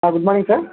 good morning sir